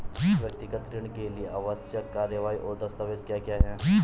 व्यक्तिगत ऋण के लिए आवश्यक कार्यवाही और दस्तावेज़ क्या क्या हैं?